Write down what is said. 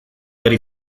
behar